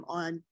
on